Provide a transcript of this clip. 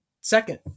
second